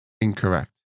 incorrect